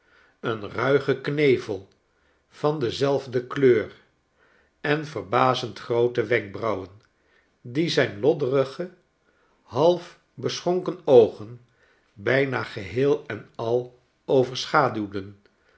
een ruigen knevel van dezelfde kleur en verbazend groote wenkbrauwen die zijn lodderige half beschonken oogen bijna geheel en al overschaduwden